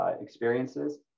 experiences